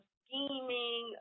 scheming